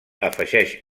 afegeix